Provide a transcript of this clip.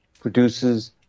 produces